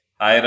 hi